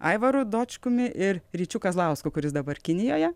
aivaru dočkumi ir ryčiu kazlausku kuris dabar kinijoje